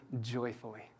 joyfully